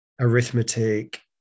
arithmetic